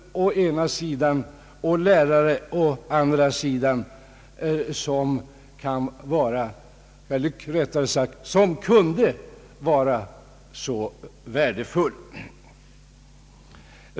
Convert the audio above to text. Vi hade för en tid sedan en skolsköterska här i huset som föreläste för oss och som påvisade vilket handikapp det är för skolsköterskorna inom skolhälsovården och elevvården att inte få räkna med att även lärarna har tystnadsplikt.